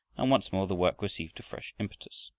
and once more the work received a fresh impetus.